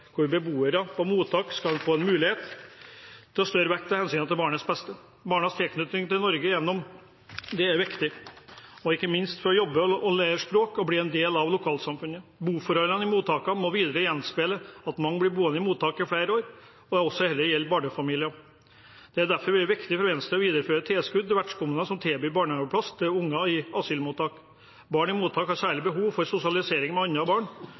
hvor beboere på mottak skal få mulighet til å jobbe, lære språk og bli en del av lokalsamfunnet. Boforholdene i mottakene må videre gjenspeile at mange blir boende i mottak i flere år, og at dette også gjelder barnefamilier. Det er derfor viktig for Venstre å videreføre tilskudd til vertskommuner som tilbyr barnehageplass til unger i asylmottak. Barn i mottak har særlig behov for sosialisering med andre barn